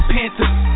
Panthers